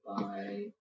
Bye